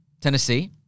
Tennessee